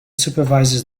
supervises